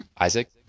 Isaac